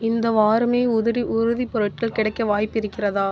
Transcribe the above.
இந்த வாரமே உதிரி பொருட்கள் கிடைக்க வாய்ப்பு இருக்கிறதா